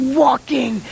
walking